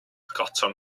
cotton